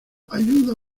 ayuda